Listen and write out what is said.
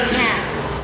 hands